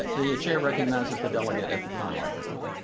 the chair recognizes the delegate at the con microphone.